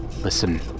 Listen